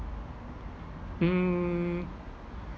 mmhmm